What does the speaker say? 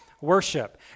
worship